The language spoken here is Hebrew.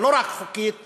ולא רק חוקית,